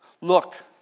Look